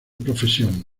profesión